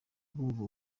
bumva